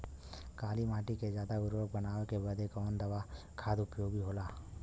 काली माटी के ज्यादा उर्वरक बनावे के बदे कवन खाद उपयोगी होला?